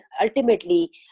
ultimately